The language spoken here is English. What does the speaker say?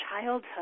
childhood